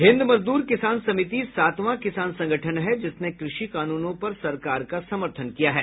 हिन्द मजदूर किसान समिति सातवां किसान संगठन है जिसने कृषि कानूनों पर सरकार का समर्थन किया है